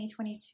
2022